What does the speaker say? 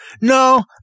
no